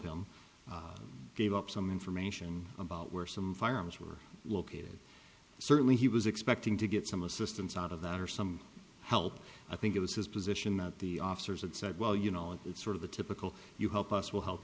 him gave up some information about where some firearms were located certainly he was expecting to get some assistance out of that or some help i think it was his position that the officers had said well you know it's sort of the typical you help us we'll help